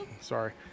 Sorry